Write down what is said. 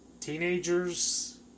teenagers